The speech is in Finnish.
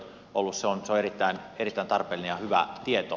se on erittäin tarpeellinen ja hyvä tieto